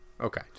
Okay